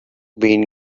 been